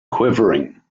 quivering